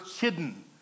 hidden